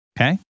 Okay